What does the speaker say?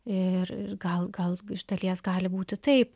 i ir gal gal iš dalies gali būti taip